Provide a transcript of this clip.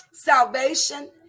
Salvation